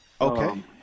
Okay